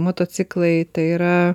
motociklai tai yra